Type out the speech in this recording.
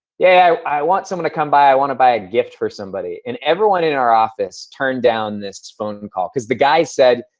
yeah, i want someone to come by. i want to buy a gift for somebody. and everyone in our office turned down this phone and call because the guy said,